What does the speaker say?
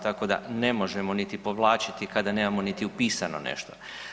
Tako da ne možemo niti povlačiti kada nemamo niti upisano nešto.